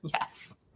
Yes